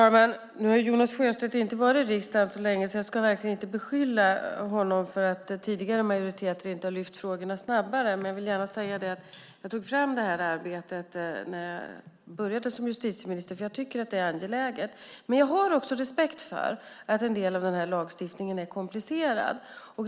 Fru talman! Jonas Sjöstedt har inte varit i riksdagen så länge så jag ska verkligen inte beskylla honom för att den tidigare majoriteten inte har lyft frågorna snabbare, men jag vill gärna säga att jag tog itu med det här arbetet när jag började som justitieminister därför att jag tycker att det är angeläget. Men jag har också respekt för att en del av den här lagstiftningen är komplicerad.